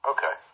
Okay